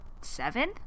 seven